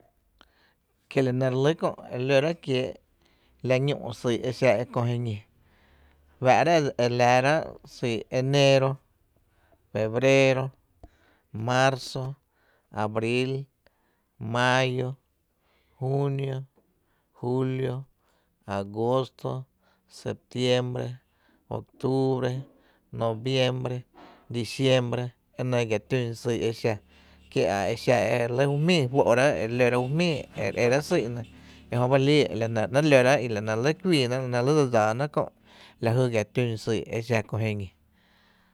Kie’ la nɇ re lɇ kö’ e lórá’ ekiee’ la ñú’ syy’ e xa e kö ji ñifá’rá’ e laa rá’ syy’ eneero, febreero, maarzo, abril, maayo, juunio, juulio, agoosto, septiembre, octubre, noviembre, diciembre, e nɇ gia tún syy’ e xa kie’ a exa e re lɇ ju jmíi fó’rá’ ere eráá’ ju jmíi e re éra’ syy’ nɇ e jö ba e lii la nɇ ‘nɇɇ’ lórá’ la nɇ re lɇ kuiiná’ la nɇ re lɇ dse dsáá náá’ kö’ la jy gia tún syy’ e xa kö jiñi.